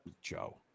Joe